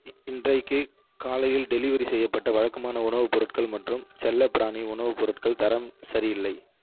இன்றைக்கு காலையில் டெலிவரி செய்யப்பட்ட வழக்கமான உணவுப் பொருட்கள் மற்றும் செல்லப்பிராணி உணவுப் பொருட்கள் தரம் சரியில்லை